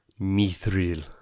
Mithril